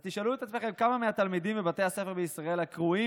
אז תשאלו את עצמכם כמה מהתלמידים בבתי הספר בישראל הקרויים